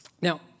Now